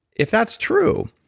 if that's true,